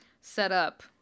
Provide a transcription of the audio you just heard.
setup